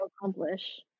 accomplish